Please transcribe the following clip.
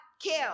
kill